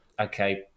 okay